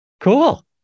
cool